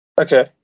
okay